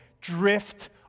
drift